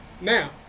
Now